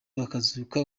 bakazuka